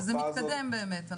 וזה מתקדם באמת.